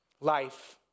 life